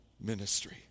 ministry